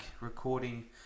recording